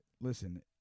listen –